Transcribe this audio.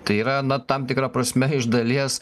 tai yra na tam tikra prasme iš dalies